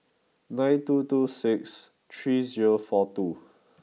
nine two two six three zero four two